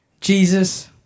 Jesus